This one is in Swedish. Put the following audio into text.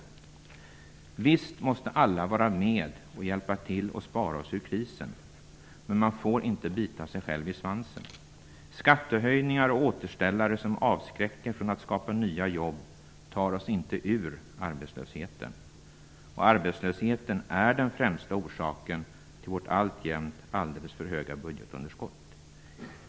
Visst måste alla vara med och hjälpa till och spara oss ur krisen. Men man får inte bita sig själv i svansen. Skattehöjningar och återställare som avskräcker från att skapa nya jobb tar oss inte ur arbetslösheten. Arbetslösheten är den främsta orsaken till vårt alltjämt alldeles för höga budgetunderskott.